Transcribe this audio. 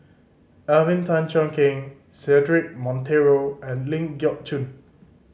Alvin Tan Cheong Kheng Cedric Monteiro and Ling Geok Choon